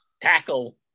tackle